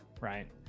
Right